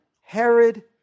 Herod